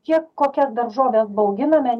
tiek kokią daržovę bauginame